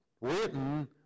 written